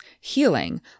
healing